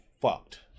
fucked